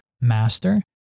master